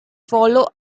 follows